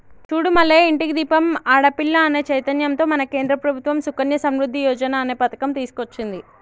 చూడు మల్లయ్య ఇంటికి దీపం ఆడపిల్ల అనే చైతన్యంతో మన కేంద్ర ప్రభుత్వం సుకన్య సమృద్ధి యోజన అనే పథకం తీసుకొచ్చింది